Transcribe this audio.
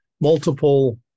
multiple